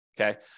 Okay